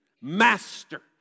Master